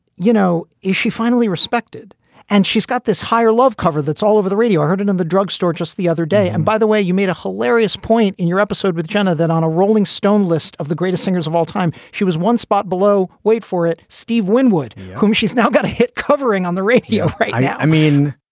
you know, is she finally respected and she's got this higher love cover that's all over the radio i heard it in and and the drugstore just the other day. and by the way, you made a hilarious point in your episode with jenna that on a rolling stone list of the greatest singers of all time, she was one spot below. wait for it. steve winwood, whom she's now going to hit, covering on the radio. right. yeah. i mean,